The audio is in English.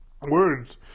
words